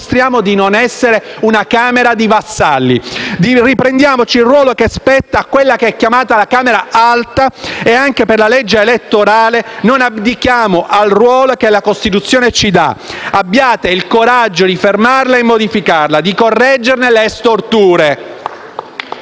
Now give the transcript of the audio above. Dimostriamo di non essere una Camera di vassalli; riprendiamoci il ruolo che spetta a quella che è chiamata la Camera Alta e, anche per la legge elettorale, non abdichiamo al ruolo che la Costituzione ci dà. Abbiate il coraggio di fermarla e modificarla, di correggerne le storture.